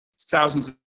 thousands